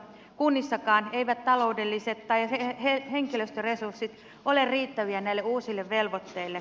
kunnissakaan eivät taloudelliset tai henkilöstöresurssit ole riittäviä näille uusille velvoitteille